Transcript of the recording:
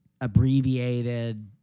abbreviated